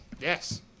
Yes